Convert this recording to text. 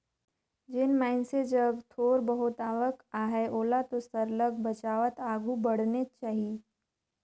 जेन मइनसे जग थोर बहुत आवक अहे ओला तो सरलग बचावत आघु बढ़नेच चाही